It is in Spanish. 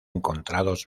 encontrados